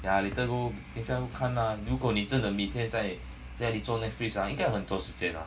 yeah later go later go 看 lah 如果你真的每天在家里做 Netflix ah 应该很多时间 ah